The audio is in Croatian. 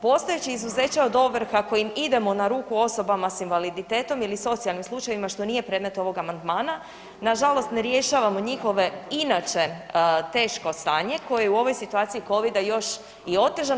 Postojeći izuzeća od ovrha kojim idemo na ruku osobama s invaliditetom ili socijalnim slučajevima, što nije predmet ovog amandmana nažalost ne rješavamo njihove inače teško stanje koje je u ovoj situaciji covida još i otežano.